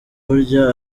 burya